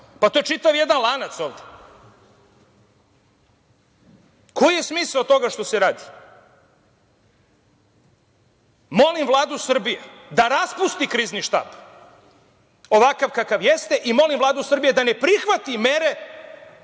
To je čitav jedan lanac ovde. Koji je smisao toga što se radi? Molim Vladu Srbije da raspusti Krizni štab, ovakav kakav jeste, i molim Vladu Srbije da ne prihvati mere